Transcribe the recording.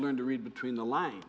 learn to read between the line